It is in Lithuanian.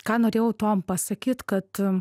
ką norėjau tuom pasakyt kad